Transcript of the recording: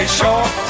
short